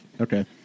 Okay